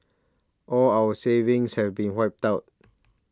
all our savings have been wiped out